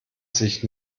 sich